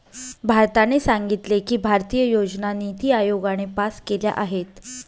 भारताने सांगितले की, भारतीय योजना निती आयोगाने पास केल्या आहेत